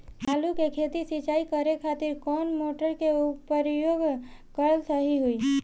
आलू के खेत सिंचाई करे के खातिर कौन मोटर के प्रयोग कएल सही होई?